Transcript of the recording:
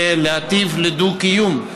ולהטיף לדו-קיום.